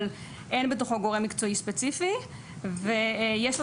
אבל אין בתוכו גורם מקצועי ספציפי ויש לו